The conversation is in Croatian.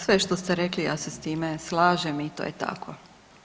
Sve što ste rekli ja se s time slažem i to je tako.